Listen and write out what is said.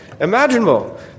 imaginable